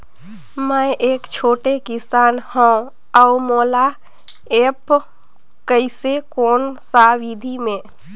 मै एक छोटे किसान हव अउ मोला एप्प कइसे कोन सा विधी मे?